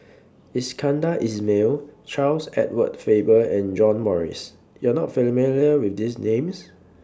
Iskandar Ismail Charles Edward Faber and John Morrice YOU Are not familiar with These Names